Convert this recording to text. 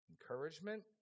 encouragement